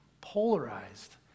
polarized